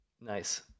Nice